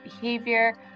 behavior